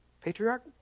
patriarch